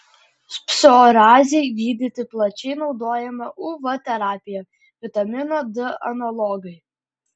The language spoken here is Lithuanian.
psoriazei gydyti plačiai naudojama uv terapija vitamino d analogai